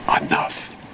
Enough